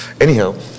anyhow